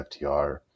FTR